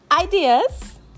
ideas